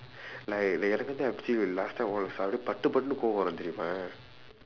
like last time all suddenly அப்படியே பட்டு பட்டுனு கோபம் வரும் தெரியுமா:appadiyee patdu patdunu koopam varum theriyumaa